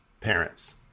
parents